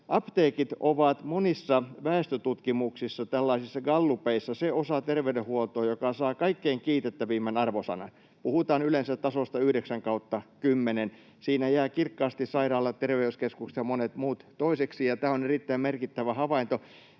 apteekit ovat monissa väestötutkimuksissa, tällaisissa gallupeissa, se osa terveydenhuoltoa, joka saa kaikkein kiitettävimmän arvosanan. Puhutaan yleensä tasosta 9/10. Siinä jäävät kirkkaasti sairaalat, terveyskeskukset ja monet muut toiseksi, ja tämä on erittäin merkittävä havainto,